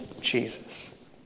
Jesus